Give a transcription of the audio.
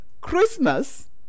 Christmas